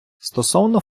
стосовно